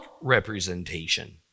representation